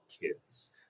kids